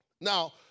Now